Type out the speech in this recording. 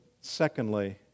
secondly